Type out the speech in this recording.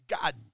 God